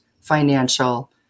financial